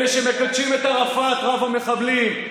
אלה שמקדשים את ערפאת רב המחבלים,